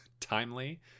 timely